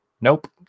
nope